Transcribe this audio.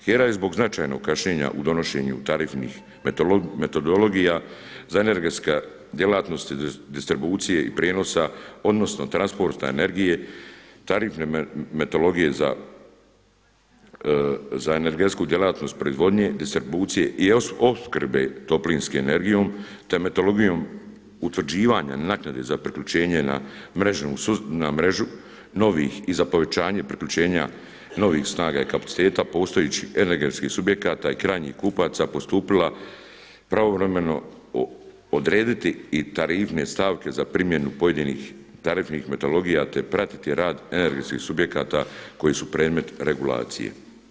HERA je zbog značajnog kašnjenja u donošenju tarifnih metodologija za energetska djelatnost i distribucije i prijenosa odnosno transporta tarifne metodologije za energetsku djelatnost proizvodnje distribucije i opskrbe toplinskom energijom, te metodologijom utvrđivanja naknade za priključenje na mrežu novih i za povećanje priključenja novih snaga i kapaciteta postojećih energetskih subjekata i krajnjih kupaca postupila pravovremeno odrediti i tarifne stavke za primjenu pojedinih tarifnih metodologija, te pratiti rad energetskih subjekata koji su predmet regulacije.